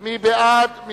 חוקה, חוקה.